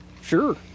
Sure